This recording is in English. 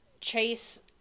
Chase